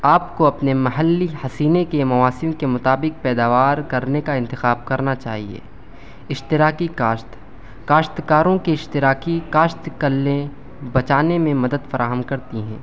آپ کو اپنے محلّی حسینے کے مواسم کے مطابق پیداوار کرنے کا انتخاب کرنا چاہیے اشتراکی کاشت کاشتکاروں کی اشتراکی کاشت کلیں بچانے میں مدد فراہم کرتی ہیں